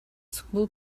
school